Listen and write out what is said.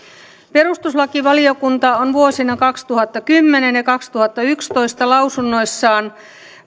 perustuslakivaliokunta on vuosina kaksituhattakymmenen ja kaksituhattayksitoista lausunnoissaan